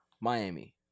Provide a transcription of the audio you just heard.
Miami